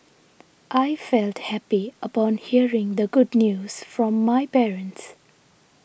I felt happy upon hearing the good news from my parents